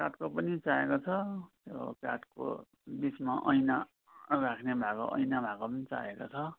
काठको पनि चाहिएको छ र काठको बिचमा ऐना राख्ने भएको ऐना भएको पनि चाहिएको छ